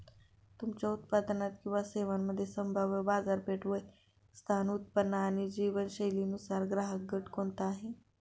तुमच्या उत्पादन किंवा सेवांसाठी संभाव्य बाजारपेठ, वय, स्थान, उत्पन्न आणि जीवनशैलीनुसार ग्राहकगट कोणता आहे?